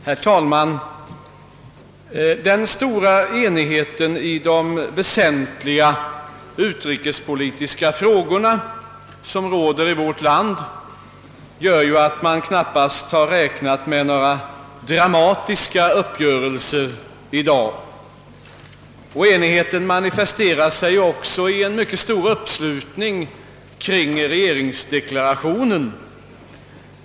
Herr talman! Den stora enigheten i de väsentliga utrikespolitiska frågorna som råder i vårt land gör att man knappast har räknat med några dramatiska uppgörelser i dag. Enigheten manifesterar sig också i en mycket stor uppslutning kring regeringsdeklarationen.